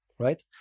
Right